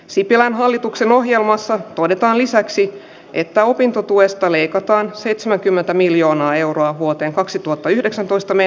sipilän hallituksen ohjelmassa todetaan lisäksi että opintotuesta leikataan seitsemänkymmentä miljoonaa euroa vuoteen kaksituhattayhdeksäntoista me